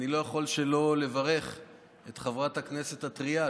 אני לא יכול שלא לברך את חברת הכנסת הטרייה,